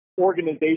organization